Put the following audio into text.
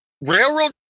railroad